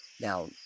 Now